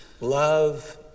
love